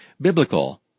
biblical